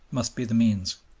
must be the means.